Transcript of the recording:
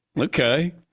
Okay